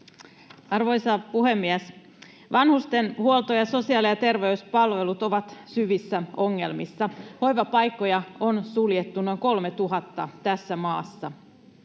Arvoisa puhemies! Vanhustenhuolto ja sosiaali- ja terveyspalvelut ovat syvissä ongelmissa. Hoivapaikkoja on suljettu noin 3 000 tässä maassa.